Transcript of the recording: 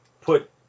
put